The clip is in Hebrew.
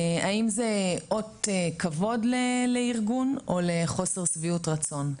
האם זה אות כבוד לארגון או לחוסר שביעות רצון.